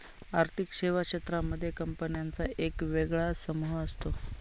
आर्थिक सेवा क्षेत्रांमध्ये कंपन्यांचा एक वेगळा समूह असतो